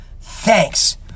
thanks